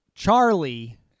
Charlie